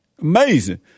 Amazing